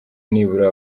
nibura